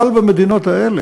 אבל במדינות האלה,